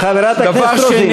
חברת הכנסת רוזין.